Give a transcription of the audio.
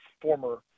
former